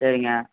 சரிங்க